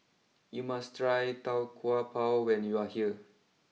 you must try Tau Kwa Pau when you are here